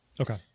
Okay